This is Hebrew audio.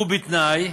ובתנאי,